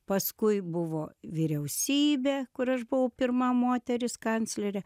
paskui buvo vyriausybė kur aš buvau pirma moteris kanclerė